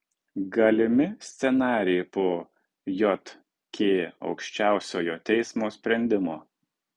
galimi scenarijai po jk aukščiausiojo teismo sprendimo